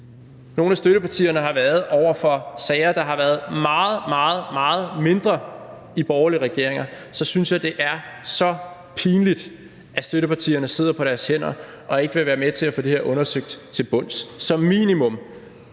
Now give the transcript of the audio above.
nogle af støttepartierne har været over for sager, der har været meget, meget mindre, i borgerlige regeringer, synes jeg, det er så pinligt, at støttepartierne sidder på deres hænder og ikke vil være med til at få det her undersøgt til bunds. Som minimum